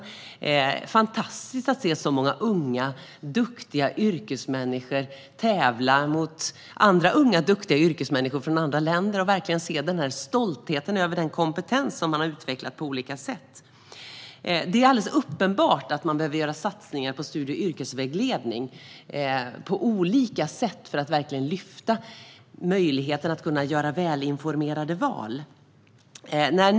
Det var fantastiskt att se så många unga, duktiga yrkesmänniskor tävla mot andra unga, duktiga yrkesmänniskor från andra länder - att se stoltheten över den kompetens som man utvecklat på olika sätt. Det är uppenbart att det behövs satsningar på studie och yrkesvägledning, för att verkligen lyfta fram möjligheten att göra välinformerade val.